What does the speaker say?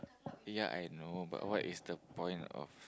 ya I know but what is the point of